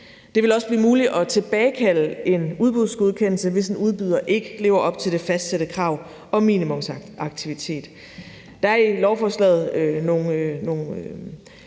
Det vil også blive muligt at tilbagekalde en udbudsgodkendelse, hvis en udbyder ikke lever op til det fastsatte krav om minimumsaktivitet. Der er i lovforslaget nogle